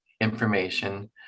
information